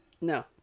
No